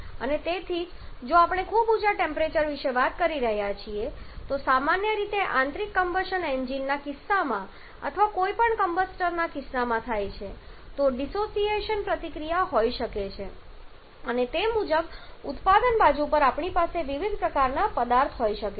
અને તેથી જો આપણે ખૂબ ઊંચા ટેમ્પરેચર વિશે વાત કરી રહ્યા છીએ જે સામાન્ય રીતે આંતરિક કમ્બશન એન્જિનના કિસ્સામાં અથવા કોઈપણ કમ્બસ્ટરના કિસ્સામાં થાય છે તો ડિસોસિએશન પ્રતિક્રિયા પણ હોઈ શકે છે અને તે મુજબ ઉત્પાદન બાજુ પણ આપણી પાસે વિવિધ પ્રકારના પદાર્થ હોઈ શકે છે